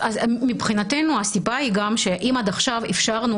מבחינתנו הסיבה היא גם שאם עד עכשיו אפשרנו